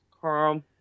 Carl